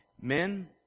Men